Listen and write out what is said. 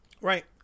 right